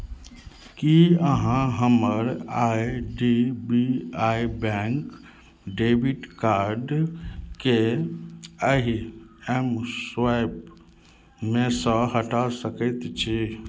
की अहाँ हमर I D B I bank debit कार्डकेँ एहि एम स्वाइपमे सँ हटा सकैत छी